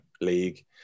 league